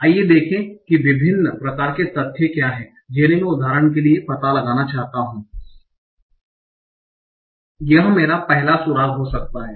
आइए देखें कि विभिन्न प्रकार के तथ्य क्या हैं जिन्हें मैं उदाहरण के लिए पता लगा सकता हूं यह मेरा पहला सुराग हो सकता है